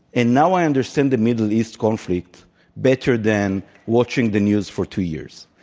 and now i understand the middle east conflict better than watching the news for two years.